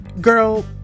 girl